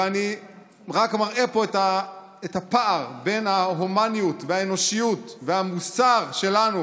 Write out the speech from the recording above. ואני רק מראה פה את הפער בין ההומניות והאנושיות והמוסר שלנו,